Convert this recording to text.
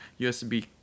USB